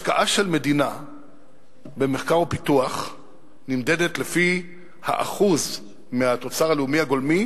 השקעה של מדינה במחקר ופיתוח נמדדת לפי האחוז מהתוצר הלאומי הגולמי